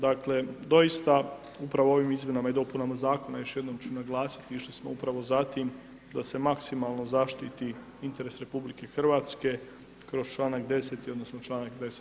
Dakle doista upravo ovim izmjenama i dopunama zakona još jednom ću naglasiti, išli smo upravo za tim da se maksimalno zaštiti interes RH kroz članak 10. odnosno 10. a. Hvala.